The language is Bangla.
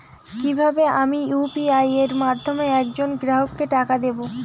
কিভাবে আমি ইউ.পি.আই এর মাধ্যমে এক জন গ্রাহককে টাকা দেবো?